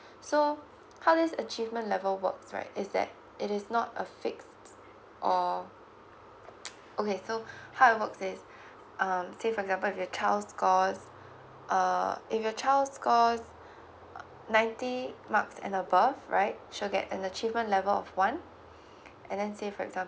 so how this achievement level works right is that it is not a fixed or okay so how it works is um says for example your child scores err if your child scores ninety marks and above right she'll get an achievement level of one and then says for example